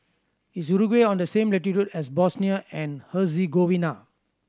is Uruguay on the same latitude as Bosnia and Herzegovina